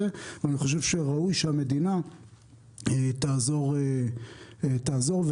ואני חושב שראוי שהמדינה תעזור ותיזום